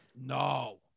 no